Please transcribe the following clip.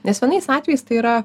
nes vienais atvejais tai yra